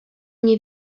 nie